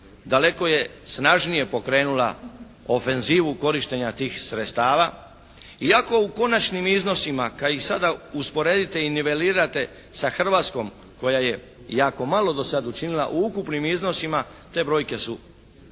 daleko je snažnije pokrenula ofenzivu korištenja tih sredstava iako u konačnim iznosima kad ih sada usporedite i nivelirate sa Hrvatskom koja je jako malo do sad učinila, u ukupnim iznosima te brojke su